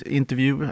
interview